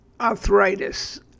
arthritis